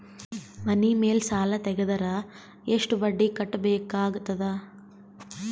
ಮನಿ ಮೇಲ್ ಸಾಲ ತೆಗೆದರ ಎಷ್ಟ ಬಡ್ಡಿ ಕಟ್ಟಬೇಕಾಗತದ?